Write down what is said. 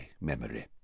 memory